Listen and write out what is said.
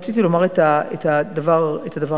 רציתי לומר את הדבר הזה.